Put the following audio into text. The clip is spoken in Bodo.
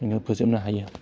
जोङो फोजोबनो हायो